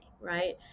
Right